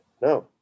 No